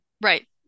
Right